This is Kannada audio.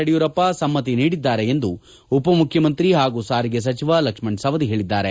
ಯಡಿಯೂರಪ್ಪ ಸಮ್ಮತಿ ನೀಡಿದ್ದಾರೆ ಎಂದು ಉಪಮುಖ್ಯಮಂತ್ರಿ ಹಾಗೂ ಸಾರಿಗೆ ಸಚಿವ ಲಕ್ಷ್ಮಣ ಸವದಿ ಹೇಳಿದ್ದಾರೆ